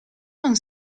non